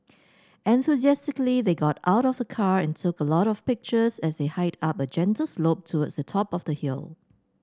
enthusiastically they got out of the car and took a lot of pictures as they hiked up a gentle slope towards the top of the hill